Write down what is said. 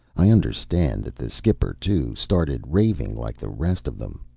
i understand that the skipper, too, started raving like the rest of them.